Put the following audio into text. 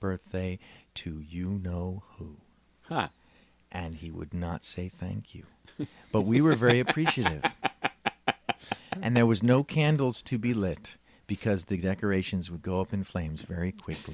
birthday to you know who and he would not say thank you but we were very appreciative and there was no candles to be lit because the decorations would go up in flames very quickly